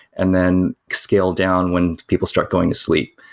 and then scale down when people start going asleep.